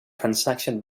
transaction